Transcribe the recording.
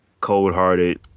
cold-hearted